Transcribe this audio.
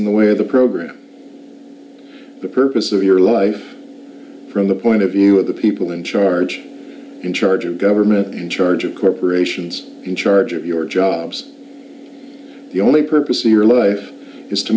in the way of the program the purpose of your life from the point of view of the people in charge in charge of government in charge of corporations in charge of your jobs your only purpose in your life is to